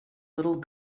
little